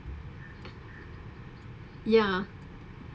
ya